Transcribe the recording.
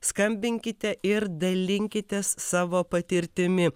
skambinkite ir dalinkitės savo patirtimi